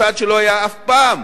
צעד שלא היה אף פעם,